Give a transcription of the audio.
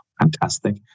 Fantastic